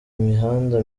imihanda